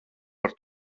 par